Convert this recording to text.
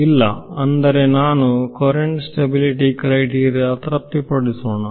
ಇಲ್ಲ ಅಂದರೆ ನಾನು ಕೊರೆಂಟ್ ಸ್ಟೆಬಿಲಿಟಿ ಕ್ರೈಟೀರಿಯ ತೃಪ್ತಿಪಡಿಸೋಣ